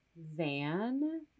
van